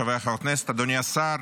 חבריי חברי הכנסת, אדוני השר,